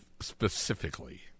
specifically